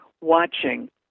watching